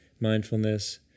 mindfulness